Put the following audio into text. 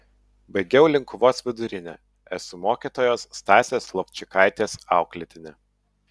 baigiau linkuvos vidurinę esu mokytojos stasės lovčikaitės auklėtinė